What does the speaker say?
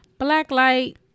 Blacklight